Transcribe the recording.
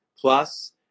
plus